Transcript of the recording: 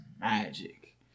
magic